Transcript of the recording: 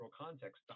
context